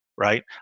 right